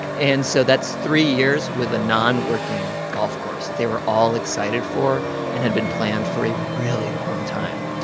and so that's three years with a nonworking golf course that they were all excited for and had been planned for a really long time.